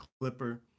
clipper